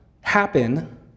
happen